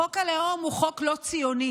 חוק הלאום הוא חוק לא ציוני,